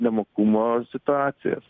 nemokumo situacijas